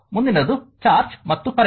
ಮುಂದಿನದು ಚಾರ್ಜ್ ಮತ್ತು ಕರೆಂಟ್